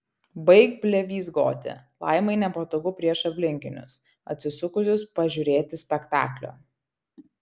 baik blevyzgoti laimai nepatogu prieš aplinkinius atsisukusius pažiūrėti spektaklio